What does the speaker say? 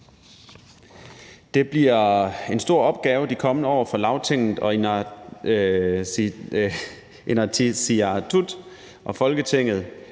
Det bliver en stor opgave de kommende år for Lagtinget og Inatsisartut og Folketinget.